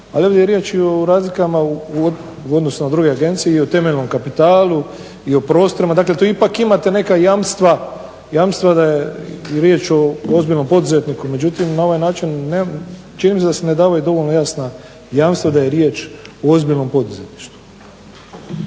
Ali ovdje je riječ i o razlikama u odnosu na druge agencije i u temeljnom kapitalu i u prostorima. Dakle tu ipak imate neka jamstva da je riječ o ozbiljnom poduzetniku, međutim na ovaj način čini mi se da se ne davaju dovoljno jasna jamstva da je riječ o ozbiljnom poduzetništvu.